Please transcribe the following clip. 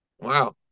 Wow